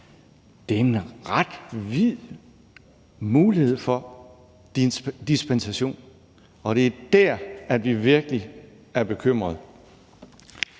Det giver ret vide muligheder for dispensation, og det er der, vi virkelig er bekymrede.